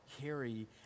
carry